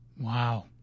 wow